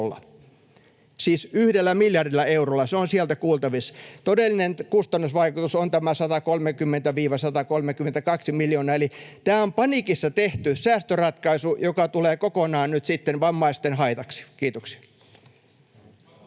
siis yhdellä miljardilla eurolla, se on sieltä kuultavissa. Todellinen kustannusvaikutus on tämä 130–132 miljoonaa, eli tämä on paniikissa tehty säästöratkaisu, joka tulee kokonaan nyt sitten vammaisten haitaksi. — Kiitoksia. [Speech